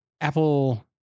Apple